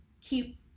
keep